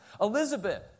Elizabeth